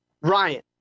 Ryan